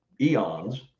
eons